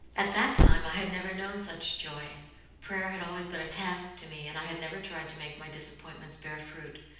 at that time i had never known such joy prayer had always been a task to me, and i had never tried to make my disappointments bear fruit.